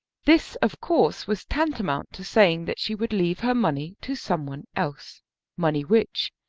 this of course was tantamount to saying that she would leave her money to some one else money which,